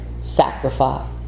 sacrifice